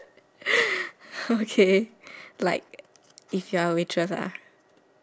okay like if you are a waitress lah